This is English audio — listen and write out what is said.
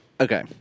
Okay